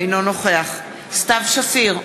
אינו נוכח סתיו שפיר,